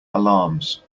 alarms